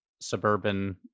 suburban